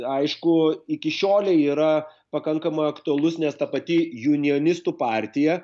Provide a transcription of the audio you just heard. aišku iki šiolei yra pakankamai aktualus nes ta pati junionistų partija